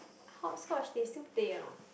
hopscotch they still pay or not